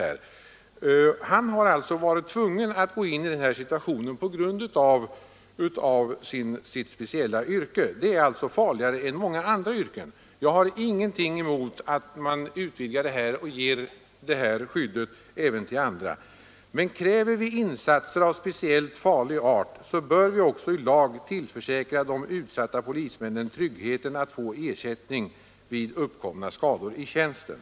Han har varit tvungen att gå in i den här situationen på grund av sitt speciella yrke. Det är alltså farligare än andra yrken. Jag har ingenting emot att man utvidgar ersättningsrätten och ger ett skydd även till andra, men kräver vi insatser av speciellt farlig art, bör vi också i lag tillförsäkra de utsatta polismännen den trygghet det innebär att ha rätt till ersättning vid uppkomna skador i tjänsten.